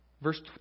Verse